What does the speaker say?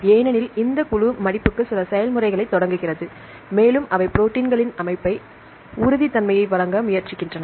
ஏனெனில் இந்த குழு மடிப்புக்கு சில செயல்முறைகளைத் தொடங்குகிறது மேலும் அவை ப்ரோடீன்களின் அமைப்பின் உறுதித்தன்மையை வழங்க முயற்சிக்கின்றன